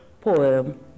poem